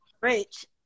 Rich